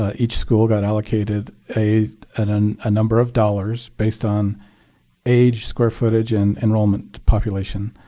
ah each school got allocated a and and ah number of dollars based on age, square footage, and enrollment population.